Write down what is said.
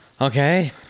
okay